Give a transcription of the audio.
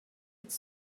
it’s